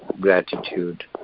gratitude